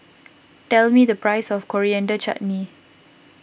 tell me the price of Coriander Chutney